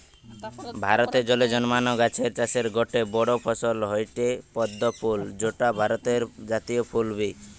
ভারতে জলে জন্মানা গাছের চাষের গটে বড় ফসল হয়ঠে পদ্ম ফুল যৌটা ভারতের জাতীয় ফুল বি